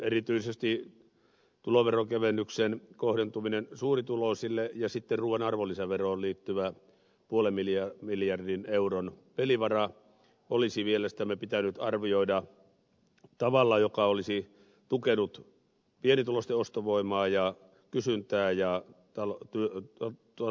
erityisesti tuloveronkevennyksen kohdentuminen suurituloisille ja ruuan arvonlisäveroon liittyvä puolen miljardin euron pelivara olisi mielestämme pitänyt arvioida tavalla joka olisi tukenut pienituloisten ostovoimaa ja kysyntää ja taloutta ja työllisyyttä